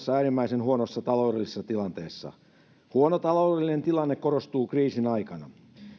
äärimmäisen huonossa taloudellisessa tilanteessa huono taloudellinen tilanne korostuu kriisin aikana